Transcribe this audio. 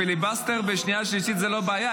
פיליבסטר בשנייה-שלישית זה לא בעיה,